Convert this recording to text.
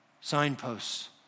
signposts